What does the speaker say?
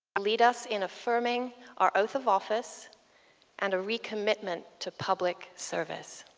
lead us in affirming our oath of office and recommitment to public service.